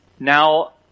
Now